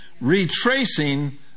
retracing